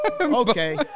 Okay